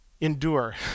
Endure